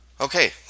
Okay